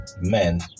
Men